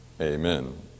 Amen